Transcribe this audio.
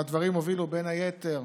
והדברים הובילו, בין היתר,